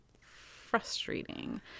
frustrating